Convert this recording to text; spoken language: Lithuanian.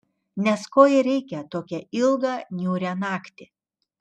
nes ko ir reikia tokią ilgą niūrią naktį